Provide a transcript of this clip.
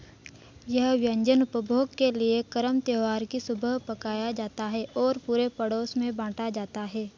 यह व्यंजन उपभोग के लिए करम त्यौहार की सुबह पकाया जाता है और पूरे पड़ोस में बाँटा जाता है